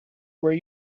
where